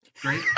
Great